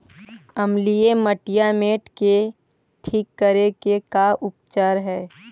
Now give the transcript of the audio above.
अमलिय मटियामेट के ठिक करे के का उपचार है?